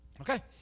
Okay